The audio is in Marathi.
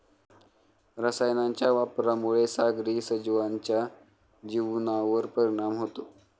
रसायनांच्या वापरामुळे सागरी सजीवांच्या जीवनावर परिणाम होतो